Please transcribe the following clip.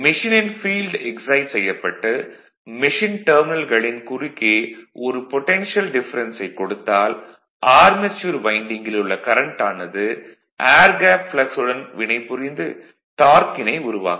மெஷினின் field excite செய்யப்பட்டு machine டெர்மினல்களின் குறுக்கே ஒரு பொடன்ஷியல் டிஃபரன்ஸை கொடுத்தால் ஆர்மெச்சூர் வைண்டிங்கில் உள்ள கரண்ட் ஆனது ஏர் கேப் ப்ளக்ஸ் உடன் வினைபுரிந்து டார்க்கினை உருவாக்கும்